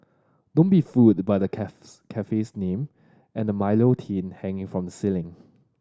don't be fooled by the cafe's name and the Milo tin hanging from the ceiling